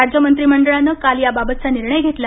राज्य मंत्रिमंडळानं काल याबाबतचा निर्णय घेतला